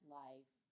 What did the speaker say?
life